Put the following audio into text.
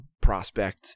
prospect